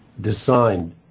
designed